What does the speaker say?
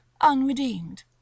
unredeemed